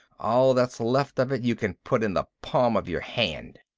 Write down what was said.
all that's left of it you can put in the palm of your hand.